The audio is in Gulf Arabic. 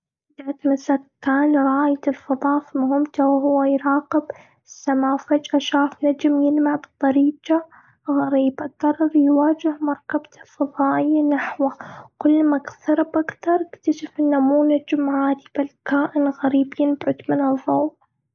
ذات مسا، كان رايد الفضاء في مهمته. وهو يراقب سما فجأة شاف نجم يلمع بطريقه غريبة. قرر يواجه مركبته الفضائيه نحوه. كل ما إقترب أكثر، إكتشف إنه مو نجم عادي بل كائن غريب.